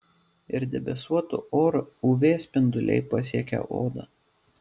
ir debesuotu oru uv spinduliai pasiekia odą